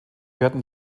werden